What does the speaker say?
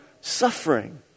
suffering